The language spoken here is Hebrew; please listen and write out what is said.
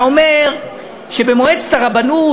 אתה אומר שבמועצת הרבנות,